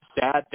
sad